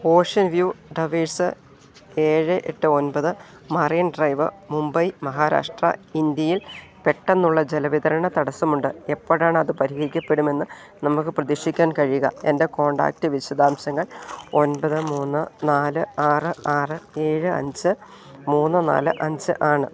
ocean view towers ഏഴ് എട്ട് ഒമ്പത് മറൈൻ ഡ്രൈവ് മുംബൈ മഹാരാഷ്ട്ര ഇന്ത്യയിൽ പെട്ടെന്നുള്ള ജലവിതരണ തടസ്സമുണ്ട് എപ്പോഴാണ് അത് പരിഹരിക്കപ്പെടുമെന്ന് നമുക്ക് പ്രതീക്ഷിക്കാൻ കഴിയുക എൻ്റെ കോൺടാക്റ്റ് വിശദാംശങ്ങൾ ഒമ്പത് മൂന്ന് നാല് ആറ് ആറ് ഏഴ് അഞ്ച് മൂന്ന് നാല് അഞ്ച് ആണ്